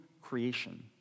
creation